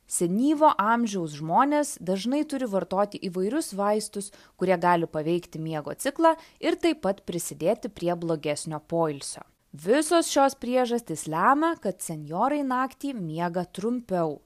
senyvo amžiaus žmonės dažnai turi vartoti įvairius vaistus kurie gali paveikti miego ciklą ir taip pat prisidėti prie blogesnio poilsio visos šios priežastys lemia kad senjorai naktį miega trumpiau